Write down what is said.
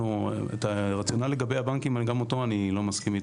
את הרציונל לגבי הבנקים גם איתו אני לא מסכים,